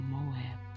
Moab